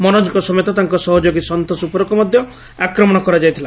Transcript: ମନୋଜଙ୍କ ସମେତ ତାଙ୍କ ସହଯୋଗୀ ସନ୍ତୋଷ ଉପରକୁ ମଧ ଆକ୍ରମଣ କରାଯାଇଥିଲା